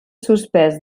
suspès